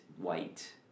white